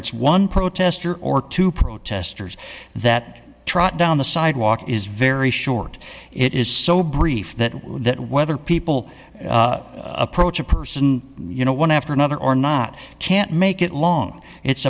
it's one protester or two protesters that trot down the sidewalk is very short it is so brief that that whether people approach a person you know one after another or not can't make it long it's